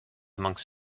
amongst